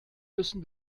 müssen